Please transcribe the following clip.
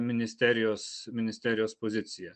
ministerijos ministerijos pozicija